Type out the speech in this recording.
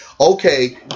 Okay